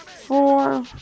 four